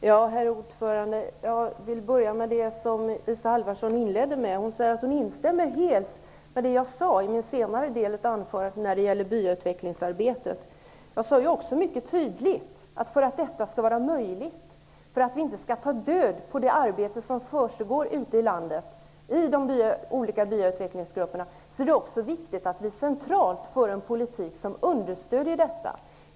Herr talman! Jag vill börja med det som Isa Halvarsson inledde med. Hon sade att hon instämmer helt med det jag sade i den sista delen av mitt anförande när det gällde byautvecklingsarbetet. Jag sade ju också mycket tydligt att för att detta skall vara möjligt och för att vi inte skall ta död på det arbete som pågår ute i landet i de olika byautvecklingsgrupperna är det också viktigt att vi centralt för en politik som understöder detta.